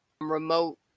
remote